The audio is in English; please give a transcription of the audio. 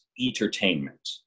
entertainment